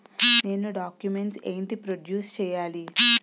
నేను డాక్యుమెంట్స్ ఏంటి ప్రొడ్యూస్ చెయ్యాలి?